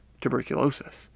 tuberculosis